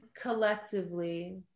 Collectively